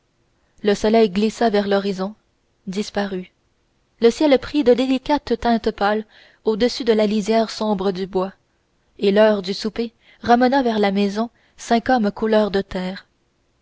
le soleil glissa vers l'horizon disparut le ciel prit de délicates teintes pâles au-dessus de la lisière sombre du bois et l'heure du souper ramena vers la maison cinq hommes couleur de terre